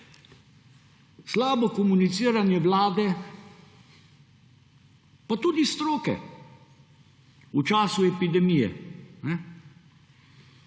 Slabo komuniciranje vlade, pa tudi stroke, v času epidemije.